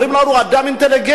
אומרים לנו, הוא אדם אינטליגנט.